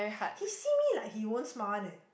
he see me like he won't smile one leh